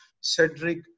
Cedric